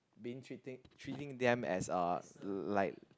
being treating treating them as a like